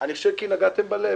ואני חושב שזה קרה כי נגעתם בלב.